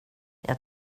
jag